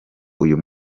uyu